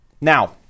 Now